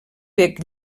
bec